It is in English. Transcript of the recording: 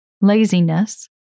laziness